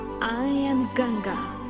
i am ganga,